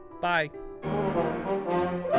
Bye